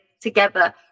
together